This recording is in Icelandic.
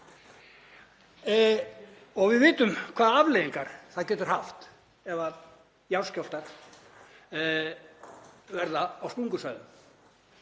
og við vitum hvaða afleiðingar það getur haft ef jarðskjálftar verða á sprungusvæðum.